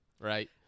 right